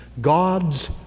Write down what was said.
God's